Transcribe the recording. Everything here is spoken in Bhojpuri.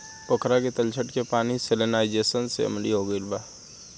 पोखरा के तलछट के पानी सैलिनाइज़ेशन से अम्लीय हो गईल बा